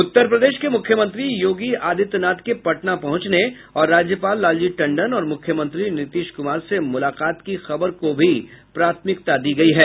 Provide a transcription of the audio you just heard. उत्तर प्रदेश के मुख्यमंत्री योगी आदित्यनाथ के पटना पहुंचने और राज्यपाल लालजी टंडन और मुख्यमंत्री नीतीश कुमार से मुलाकात की खबर को भी प्राथमिकता दी है